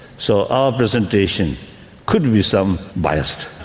so our presentation could be some biased.